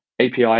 API